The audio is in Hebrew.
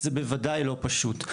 זה בוודאי לא פשוט.